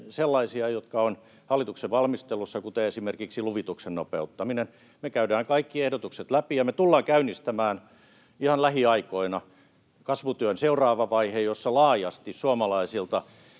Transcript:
sellaisia, jotka ovat hallituksen valmistelussa, kuten esimerkiksi luvituksen nopeuttaminen. Me käydään kaikki ehdotukset läpi, ja me tullaan käynnistämään ihan lähiaikoina kasvutyön seuraava vaihe, jossa laajasti suomalaisilta